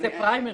ועושה פריימריז.